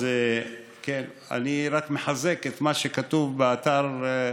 אני רק מחזק את מה שכתוב באתר.